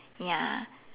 ya